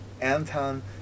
Anton